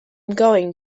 going